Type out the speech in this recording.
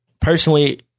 personally